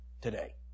today